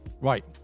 Right